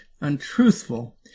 untruthful